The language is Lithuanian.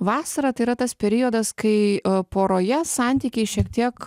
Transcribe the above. vasara tai yra tas periodas kai poroje santykiai šiek tiek